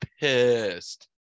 pissed